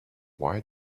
why